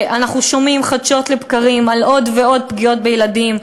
שאנחנו שומעים חדשות לבקרים על עוד ועוד פגיעות בילדים,